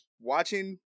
watching